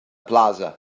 plaza